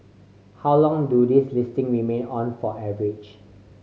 how long do these listing remain on for average